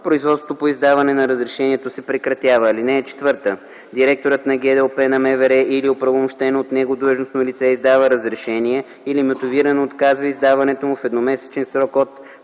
производството по издаване на разрешението се прекратява. (4) Директорът на ГДОП на МВР или оправомощено от него длъжностно лице издава разрешение или мотивирано отказва издаването му в едномесечен срок от